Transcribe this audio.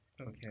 Okay